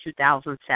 2007